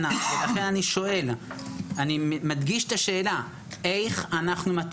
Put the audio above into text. לכן אני חושב שבמקרה שלנו לא צריך